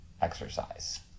exercise